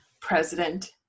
President